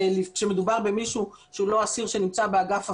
וכאשר מדובר במישהו שהוא לא אסיר שנמצא באגף הפרדה,